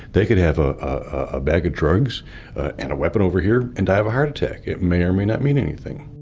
they could have ah a bag of drugs and a weapon over here and die of a heart attack. it may or may not mean anything